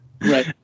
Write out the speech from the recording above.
Right